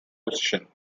position